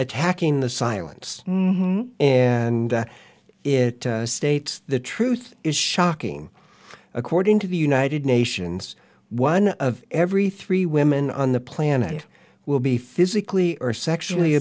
attacking the silence and it states the truth is shocking according to the united nations one of every three women on the planet will be physically or sexually